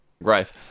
right